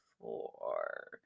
four